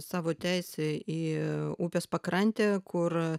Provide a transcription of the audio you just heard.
savo teisę į upės pakrantę kur